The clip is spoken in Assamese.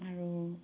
আৰু